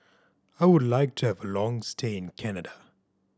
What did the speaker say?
I would like to have a long stay in Canada